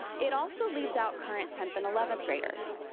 it also leaves out current tenth and eleventh graders.